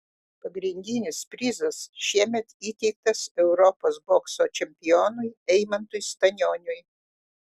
pagrindinis prizas šiemet įteiktas europos bokso čempionui eimantui stanioniui